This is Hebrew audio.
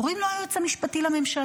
קוראים לו היועץ המשפטי לממשלה.